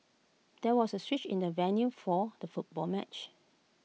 there was A switch in the venue for the football match